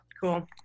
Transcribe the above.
Cool